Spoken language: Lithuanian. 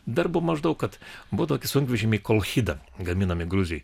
darbo maždaug kad buvo tokie sunkvežimiai kolchida gaminami gruzijoj